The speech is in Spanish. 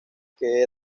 que